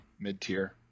mid-tier